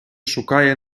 шукає